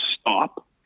stop